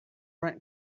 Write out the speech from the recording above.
rent